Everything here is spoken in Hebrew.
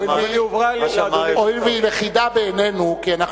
והיא הועברה לאדוני בכתב על-ידי לפני כמה חודשים.